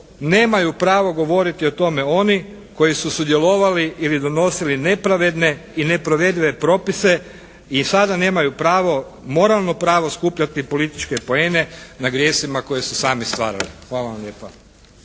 nemaju pravo govoriti o tome oni koji su sudjelovali ili donosili nepravedne i neprovedive propise i sada nemaju pravo, moralno pravo skupljati političke poene na grijesima koje su sami stvarali. Hvala vam lijepa.